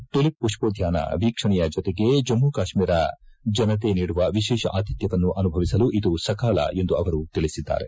tulip ಮಷ್ಪೋದ್ಡಾನ ವೀಕ್ಷಣೆಯ ಜೊತೆಗೆ ಜಮ್ಮು ಕಾಶ್ವೀರ ಜನತೆ ನೀಡುವ ವಿಶೇಷ ಆತಿಥ್ಚವನ್ನು ಅನುಭವಿಸಲು ಇದು ಸಕಾಲ ಎಂದು ಅವರು ತಿಳಿಸಿದ್ದಾರೆ